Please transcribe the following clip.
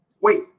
Wait